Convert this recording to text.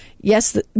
Yes